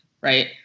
Right